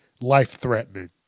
life-threatening